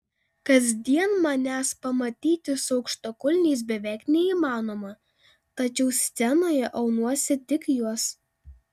kasdien manęs pamatyti su aukštakulniais beveik neįmanoma tačiau scenoje aunuosi tik juos